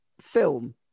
film